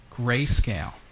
grayscale